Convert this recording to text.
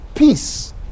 Peace